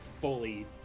fully